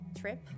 trip